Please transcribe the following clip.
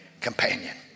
companion